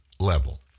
level